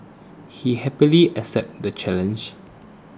he happily accepted the challenge